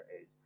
age